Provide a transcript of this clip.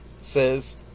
says